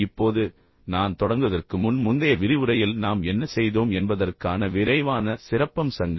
இப்போது நான் தொடங்குவதற்கு முன் முந்தைய விரிவுரையில் நாம் என்ன செய்தோம் என்பதற்கான விரைவான சிறப்பம்சங்கள்